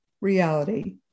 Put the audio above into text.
reality